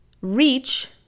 reach